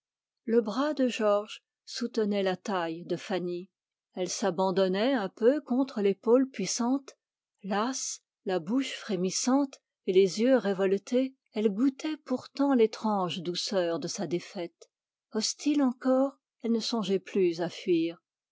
le bras de georges soutenait la taille de fanny elle s'abandonnait un peu contre la puissante épaule lasse la bouche frémissante et les yeux révoltés elle goûtait pourtant l'étrange douceur de sa défaite hostile encore elle ne songeait plus à fuir